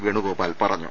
വേണുഗോപാൽ പറഞ്ഞു